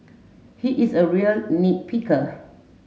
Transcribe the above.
he is a real nit picker